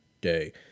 day